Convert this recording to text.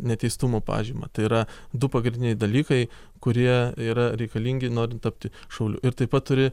neteistumo pažymą tai yra du pagrindiniai dalykai kurie yra reikalingi norint tapti šauliu ir taip pat turi